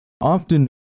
Often